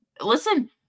Listen